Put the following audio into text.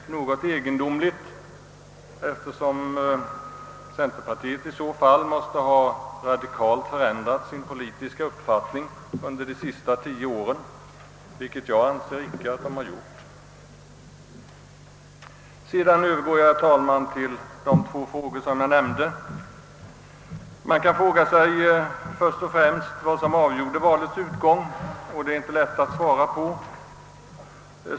Om herr Lundbergs hårda ord mot centerpartiet skall anses befogade måste centerpartiet radikalt ha ändrat sin politiska uppfattning under de senaste tio åren — då de samregerade med herr Lundbergs meningsfränder — vilket jag icke anser att det har gjort. Sedan övergår jag, herr talman, till de två frågor jag nämnde, Vad var det som avgjorde valet? Det är inte så lätt att svara på den frågan.